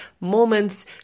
moments